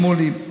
שמולי,